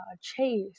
Chase